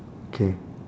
okay